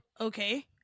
okay